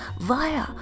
via